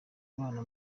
abana